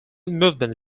movements